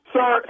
Sir